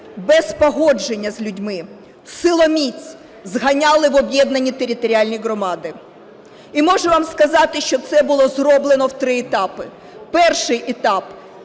без погодження з людьми силоміць зганяли в об'єднані територіальні громади. І можу вам сказати, що це було зроблено в три етапи. Перший етап.